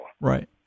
Right